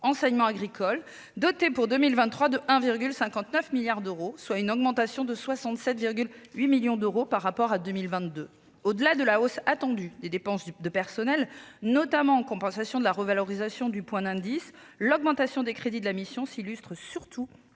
Enseignement agricole », doté pour 2023 de 1,59 milliard d'euros, soit une augmentation de 67,8 millions d'euros par rapport à 2022. Au-delà de la hausse attendue des dépenses de personnel, qui découle notamment de la revalorisation du point d'indice, l'augmentation des crédits de la mission se caractérise surtout